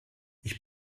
ich